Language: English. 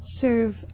serve